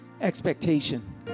expectation